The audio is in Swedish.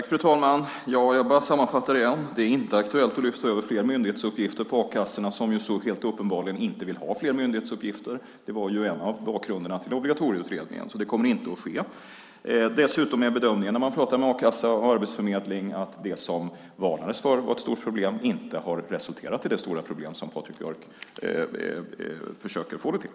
Fru talman! Jag vill bara sammanfatta: Det är inte aktuellt att lyfta över fler myndighetsuppgifter på a-kassorna som helt uppenbarligen inte vill ha fler myndighetsuppgifter. Det var en av bakgrunderna till obligatorieutredningen. Det kommer alltså inte att ske. Dessutom är min bedömning när jag pratat med a-kassa och Arbetsförmedlingen att det som det varnades för som ett stort problem inte har resulterat i det stora problem som Patrik Björck försöker få det till.